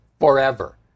forever